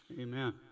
Amen